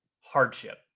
hardship